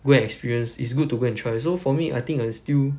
go and experience it's good to go and try so for me I think I still